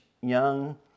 young